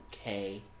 okay